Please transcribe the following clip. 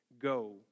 go